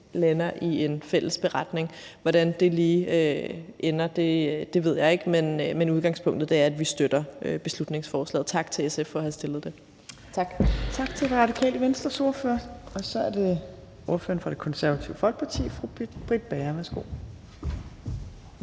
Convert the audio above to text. lander i en fælles beretning. Hvordan det lige ender, ved jeg ikke, men udgangspunktet er, at vi støtter beslutningsforslaget. Tak til SF for at have fremsat det. Tak. Kl. 16:38 Tredje næstformand (Trine Torp): Tak til Radikale Venstres ordfører, og så er det ordføreren for Det Konservative Folkeparti. Fru Britt Bager, værsgo.